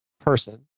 person